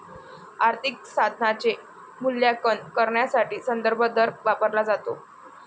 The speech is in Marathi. आर्थिक साधनाचे मूल्यांकन करण्यासाठी संदर्भ दर वापरला जातो